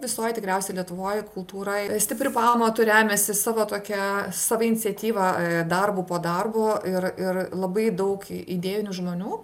visoj tikriausiai lietuvoj kultūra stipriu pamatu remiasi savo tokia savo iniciatyva darbu po darbo ir ir labai daug idėjinių žmonių